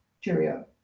Cheerio